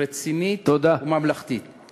רצינית וממלכתית, תודה.